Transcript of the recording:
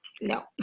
no